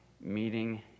meeting